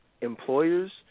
employers